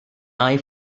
eye